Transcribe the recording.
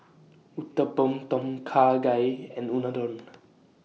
Uthapam Tom Kha Gai and Unadon